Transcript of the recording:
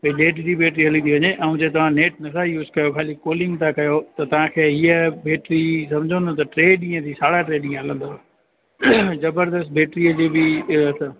त ॾेढ ॾींहुं बेट्री हली थी वञे ऐं जीअं तां नेट नथा यूस कयो खाली कॉलिंग ता कयो त तव्हांखे इहा बेट्री सम्झो न त टे ॾींहं जीअं साढा टे ॾींहं हलंदव ज़बरदस्तु बेट्रीअ जो बि इहो अथव